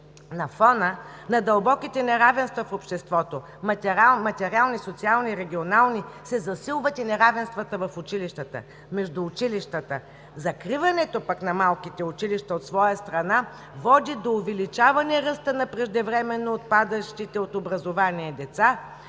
На фона на дълбоките неравенства в обществото – материални, социални, регионални, се засилват и неравенствата в училищата, между училищата. Закриването пък на малките училища от своя страна води до увеличаване ръстът на преждевременно отпадащите от образование деца